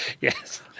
Yes